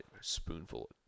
Spoonful